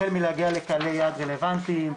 החל מלהגיע לקהלי יעד רלוונטיים,